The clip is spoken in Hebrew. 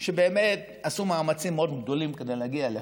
שבאמת עשו מאמצים מאוד גדולים כדי להגיע לכאן,